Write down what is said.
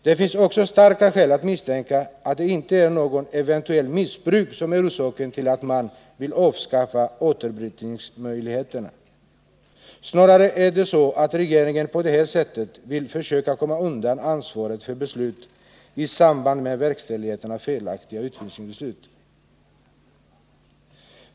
Det finns också starka skäl att misstänka att det inte är något eventuellt ”missbruk” som är orsaken till att man vill avskaffa återbrytningsmöjligheten. Snarare är det så att regeringen på det här sättet vill försöka komma undan ansvaret för beslut i samband med verkställigheten av felaktiga utvisningsbeslut.